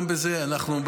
גם בזה אנחנו,